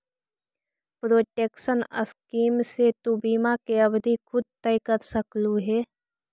protection scheme से तु बीमा की अवधि खुद तय कर सकलू हे